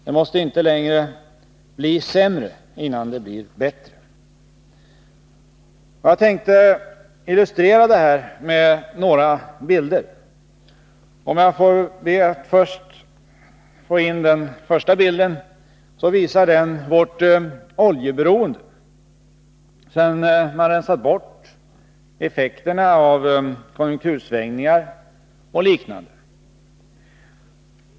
Det måste inte längre bli sämre innan det hr bättre. Jag tänkte illustrera det här med några bilder. Den första visar vårt oljeberoende, sedan man rensat bort effekterna av konjunktursvängningar och liknande.